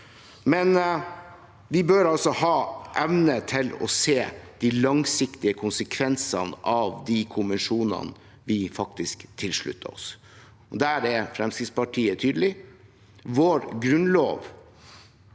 for. Vi bør ha evne til å se de langsiktige konsekvensene av de konvensjonene vi faktisk slutter oss til. Der er Fremskrittspartiet tydelig: Vår grunnlov